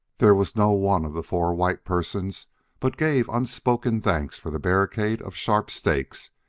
there was no one of the four white persons but gave unspoken thanks for the barricade of sharp stakes,